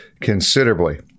considerably